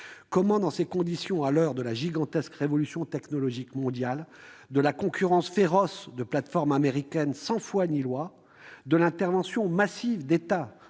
Dans ces conditions, à l'heure de la gigantesque révolution technologique mondiale, de la concurrence féroce des plateformes américaines sans foi ni loi et de l'intervention massive d'États